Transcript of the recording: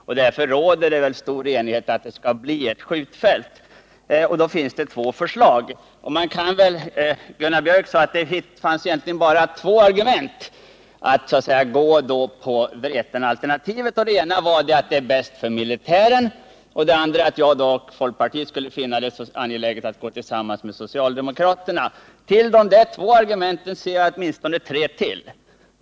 Därför råder det stor enighet om att det skall bli ett skjutfält. Det finns då två förslag. Gunnar Björk i Gävle sade att det egentligen bara finns två argument för Vretenalternativet. Det ena är att det alternativet är bäst för militären och det andra att folkpartiet finner det angeläget att gå samman med socialdemokraterna. Till dessa två argument vill jag lägga ytterligare åtminstone tre.